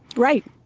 right.